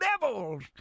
devils